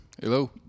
Hello